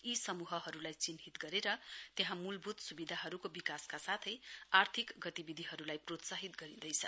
यी समूहहरूलाई चिन्हित गरेर त्यहाँ मूलभूत सुविधाहरूको विकासका साथै आर्थिक गतिविधिहरूलाई प्रोत्साहित गरिँदैछ